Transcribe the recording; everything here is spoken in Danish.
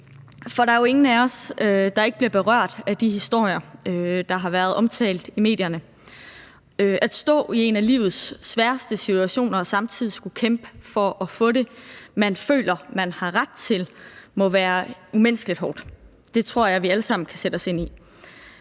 For der er jo ingen af os, der ikke bliver berørt af de historier, der har været omtalt i medierne. At stå i en af livets sværeste situationer og samtidig skulle kæmpe for at få det, man føler man har ret til, må være umenneskelig hårdt. Det tror jeg vi alle sammen kan sætte os ind i.